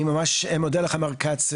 אני ממש מודה לך, מר כץ.